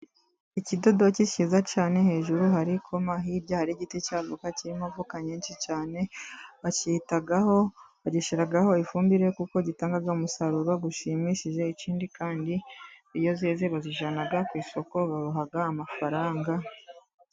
Ikidodoki cyiza cyane hejuru hari ikoma, hirya hari igiti cya avoka kirimo avoka nyinshi cyane. Bacyitaho bagishyiraho ifumbire, kuko gitanga umusaruro ushimishije. Ikindi kandi iyo zeze, bazijyana ku isoko babaha amafaranga.